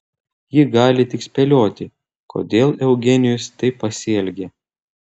ji gali tik spėlioti kodėl eugenijus taip pasielgė